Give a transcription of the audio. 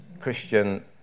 Christian